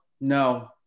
no